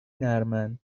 نرمن